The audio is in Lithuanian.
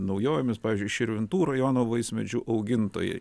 naujovėmis pavyzdžiui širvintų rajono vaismedžių augintojai